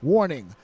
Warning